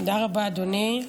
תודה רבה, אדוני.